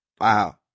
Wow